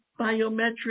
biometric